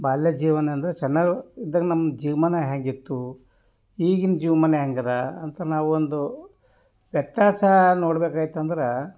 ಬಾಲ್ಯ ಜೀವನ ಅಂದರೆ ಸಣ್ಣವ್ರು ಇದ್ದಾಗ ನಮ್ಮ ಜೀವಮಾನ ಹೇಗ್ ಇತ್ತು ಈಗಿನ ಜೀವಮಾನ ಹೇಗೆ ಅದಾ ಅಂತ ನಾವು ಒಂದು ವ್ಯತ್ಯಾಸ ನೋಡ್ಬೇಕಾಯ್ತು ಅಂದ್ರೆ